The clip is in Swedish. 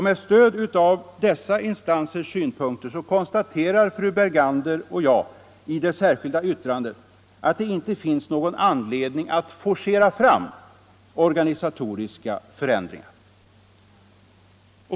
Med stöd av dessa instansers synpunkter konstaterar fru Bergander och jag i det särskilda yttrandet att det inte finns någon anledning att forcera fram organisatoriska förändringar.